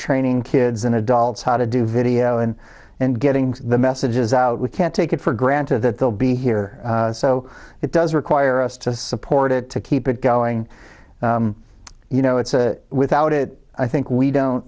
training kids and adults how to do video and and getting the messages out we can't take it for granted that they'll be here so it does require us to support it to keep it going you know it's without it i think we don't